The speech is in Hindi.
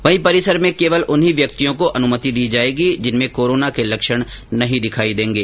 वहीं परिसर में कोवल उन्हीं व्यक्तियों को अनुमति दी जाएगी जिनमें कोरोना के लक्षण नहीं दिखाई देंगे